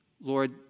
Lord